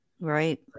right